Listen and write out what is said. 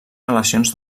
relacions